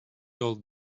old